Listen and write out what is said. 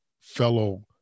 Fellow